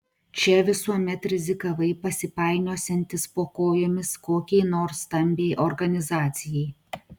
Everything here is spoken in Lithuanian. čia visuomet rizikavai pasipainiosiantis po kojomis kokiai nors stambiai organizacijai